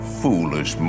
foolish